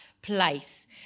place